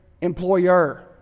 employer